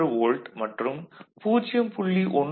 1 volt மற்றும் 0